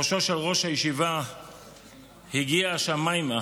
ראשו של ראש הישיבה הגיע השמיימה